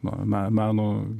na na meno